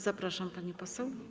Zapraszam, pani poseł.